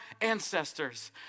ancestors